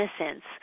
innocence